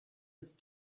with